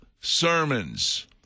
sermons